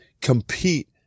compete